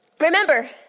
Remember